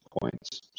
points